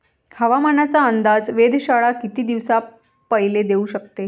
हवामानाचा अंदाज वेधशाळा किती दिवसा पयले देऊ शकते?